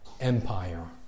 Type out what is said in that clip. empire